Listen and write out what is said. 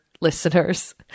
listeners